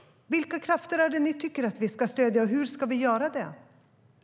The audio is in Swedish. Vilka krafter är det ni tycker att vi ska stödja, Fredrik Malm, och hur ska vi göra det?